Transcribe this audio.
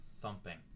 thumping